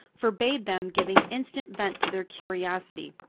forbade them giving instant vent to their curiosity,